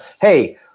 Hey